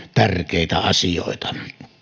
tärkeitä asioita